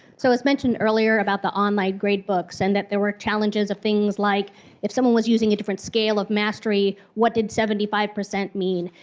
so as mentioned earlier about the online grade books and that there were challenges of things like if someone was using a different scale of mastery, what did seventy five percent mean?